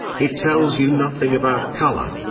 it tells you nothing about color.